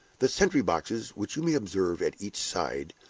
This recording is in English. the sentry-boxes, which you may observe at each side,